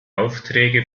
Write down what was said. aufträge